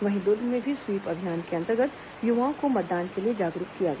वहीं दुर्ग में भी स्वीप अभियान के अंतर्गत युवाओं को मतदान के लिए जागरूक किया गया